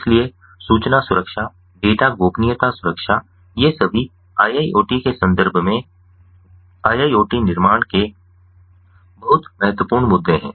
इसलिए सूचना सुरक्षा डेटा गोपनीयता सुरक्षा ये सभी IIoT के संदर्भ में IIoT निर्माण के बहुत महत्वपूर्ण मुद्दे हैं